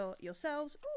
yourselves